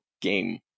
game